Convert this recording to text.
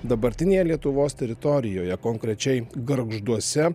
dabartinėje lietuvos teritorijoje konkrečiai gargžduose